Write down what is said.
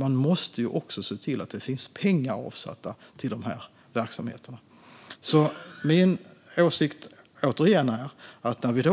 Man måste också se till att det finns pengar avsatta till verksamheterna. Vi